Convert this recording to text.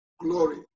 Glory